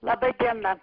laba diena